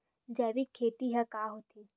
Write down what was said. जैविक खेती ह का होथे?